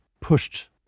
pushed